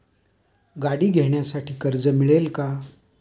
गाडी घेण्यासाठी कर्ज मिळेल का?